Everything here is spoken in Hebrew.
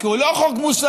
כי הוא לא חוק מוסרי,